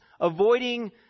avoiding